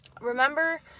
Remember